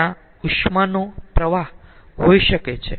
તેથી ત્યાં ઉષ્માનો પ્રવાહ હોઈ શકે છે